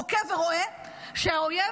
עוקב ורואה שהאויב